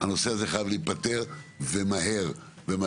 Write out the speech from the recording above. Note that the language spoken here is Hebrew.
היא שהנושא הזה חייב להיפתר ומהר מאוד.